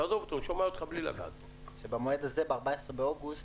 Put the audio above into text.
ב-14 באוגוסט,